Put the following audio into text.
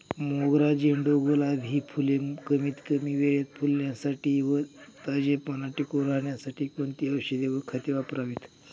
मोगरा, झेंडू, गुलाब हि फूले कमीत कमी वेळेत फुलण्यासाठी व ताजेपणा टिकून राहण्यासाठी कोणती औषधे व खते वापरावीत?